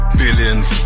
billions